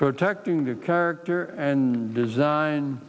protecting the character and design